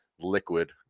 liquid